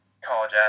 college